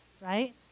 right